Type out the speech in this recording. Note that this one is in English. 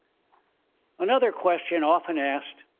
another question often asked,